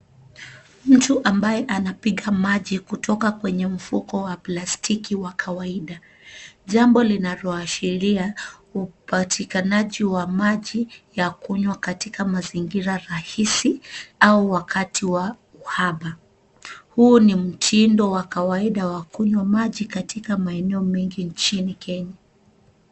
Mtu ambaye anapiga maji kutoka kwenye mfuko wa plastiki wa kawaida. Jambo linaloashiria upatikanaji wa maji ya kunywa katika mazingira rahisi au wakati wa uhaba. Huu ni mtindo wa kawaida wa kunywa maji katika maeneo mengi nchini Kenya.